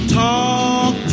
talk